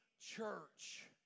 church